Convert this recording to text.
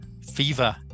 Fever